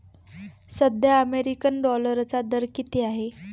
सध्या अमेरिकन डॉलरचा दर किती आहे?